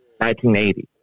1980